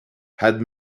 had